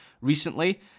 recently